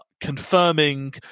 confirming